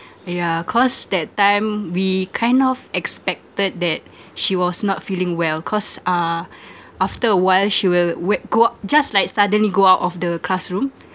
yeah cause that time we kind of expected that she was not feeling well cause uh after a while she will wen~ go out just like suddenly go out of the classroom